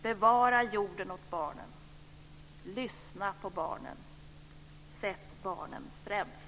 Bevara jorden åt barnen. Lyssna på barnen. Sätt barnen främst.